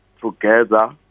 together